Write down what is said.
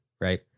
right